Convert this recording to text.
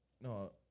no